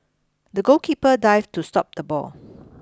the goalkeeper dived to stop the ball